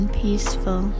peaceful